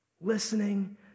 listening